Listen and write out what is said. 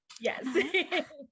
Yes